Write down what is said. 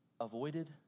avoided